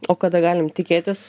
o kada galim tikėtis